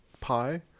pi